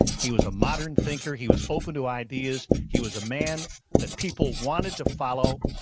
he was a modern thinker, he was open to ideas, he was a man that people wanted to follow,